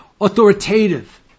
authoritative